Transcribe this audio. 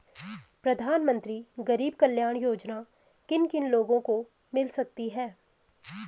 प्रधानमंत्री गरीब कल्याण योजना किन किन लोगों को मिल सकती है?